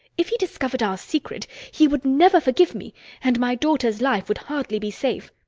if he discovered our secret, he would never forgive me and my daughter's life would hardly be safe.